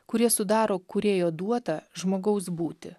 kurie sudaro kūrėjo duotą žmogaus būtį